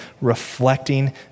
reflecting